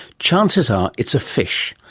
chances are it's a fish.